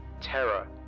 Terror